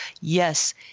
Yes